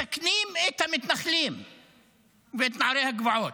---- מסכנים את המתנחלים ואת נערי הגבעות,